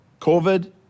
COVID